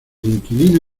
inquilino